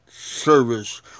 service